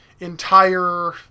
entire